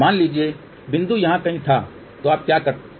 मान लीजिए बिंदु यहां कहीं था तो आप क्या कर सकते हैं